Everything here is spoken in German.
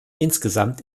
insgesamt